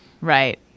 Right